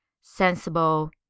sensible